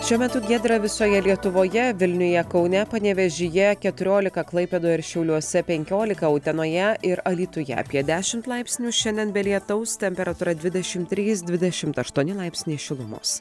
šiuo metu giedra visoje lietuvoje vilniuje kaune panevėžyje keturiolika klaipėdoje ir šiauliuose penkiolika utenoje ir alytuje apie dešimt laipsnių šiandien be lietaus temperatūra dvidešim trys dvidešimt aštuoni laipsniai šilumos